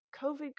COVID